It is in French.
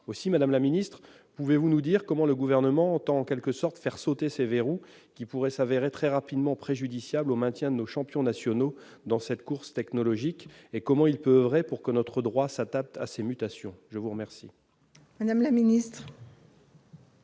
Aussi, madame la ministre, pouvez-vous nous dire comment le Gouvernement entend faire sauter des verrous qui pourraient s'avérer très rapidement préjudiciables au maintien de nos champions nationaux dans cette course technologique et comment il peut oeuvrer pour que notre droit s'adapte à ces mutations ? La parole est à Mme la ministre.